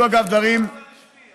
אתה מוותר על המעמד הרשמי.